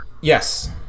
Yes